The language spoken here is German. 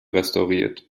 restauriert